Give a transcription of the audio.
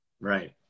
Right